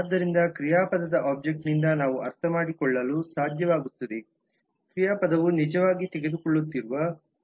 ಆದ್ದರಿಂದ ಕ್ರಿಯಾಪದದ ಒಬ್ಜೆಕ್ಟ್ನಿಂದ ನಾವು ಅರ್ಥಮಾಡಿಕೊಳ್ಳಲು ಸಾಧ್ಯವಾಗುತ್ತದೆಕ್ರಿಯಾಪದವು ನಿಜವಾಗಿ ತೆಗೆದುಕೊಳ್ಳುತ್ತಿರುವ ಒ